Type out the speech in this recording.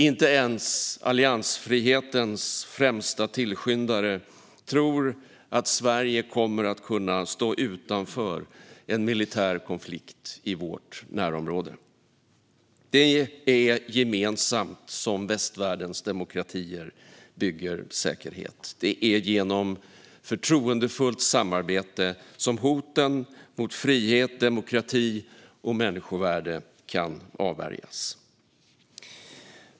Inte ens alliansfrihetens främsta tillskyndare tror att Sverige kommer att kunna stå utanför en militär konflikt i vårt närområde. Det är gemensamt som västvärldens demokratier bygger säkerhet. Det är genom förtroendefullt samarbete som hoten mot frihet, demokrati och människovärde kan avvärjas.